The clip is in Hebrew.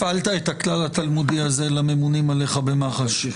הפעלת את הכלל התלמודי הזה לממונים עליך במח"ש.